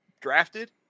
drafted